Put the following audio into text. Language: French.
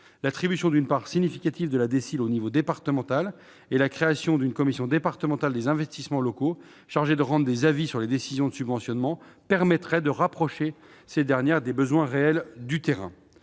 L'attribution d'une part significative de cette dotation au niveau départemental et la création d'une commission départementale des investissements locaux, chargée de rendre des avis sur les décisions de subventionnement, permettraient de rapprocher les choix des besoins réels du terrain.